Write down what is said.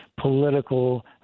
political